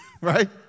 Right